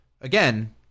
again